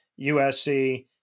USC